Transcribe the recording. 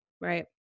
right